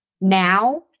now